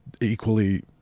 equally